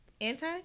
anti